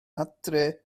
adre